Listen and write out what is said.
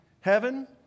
Heaven